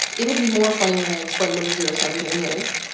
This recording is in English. it will be more funny when i explain what a zero sum game is.